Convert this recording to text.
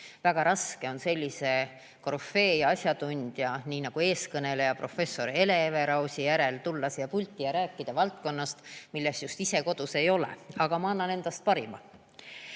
Väga raske on sellise korüfee ja asjatundja nagu eeskõneleja professor Hele Everausi järel tulla siia pulti ja rääkida valdkonnast, milles just ise kodus ei ole. Aga ma annan endast parima. Veel